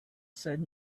said